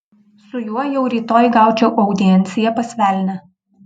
su juo jau rytoj gaučiau audienciją pas velnią